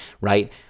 right